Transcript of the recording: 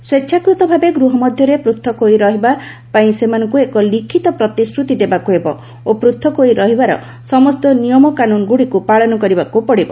ସ୍ପେଚ୍ଛାକୂତ ଭାବେ ଗୃହ ମଧ୍ୟରେ ପୃଥକ ହୋଇ ରହିବ ପାଇଁ ସେମାନଙ୍କୁ ଏକ ଲିଖିତ ପ୍ରତିଶ୍ରତି ଦେବାକୁ ହେବ ଓ ପୂଥକ ହୋଇ ରହିବାର ସମସ୍ତ ନିୟମକାନୁନ୍ଗୁଡ଼ିକୁ ପାଳନ କରିବାକୁ ପଡ଼ିବ